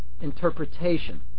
interpretation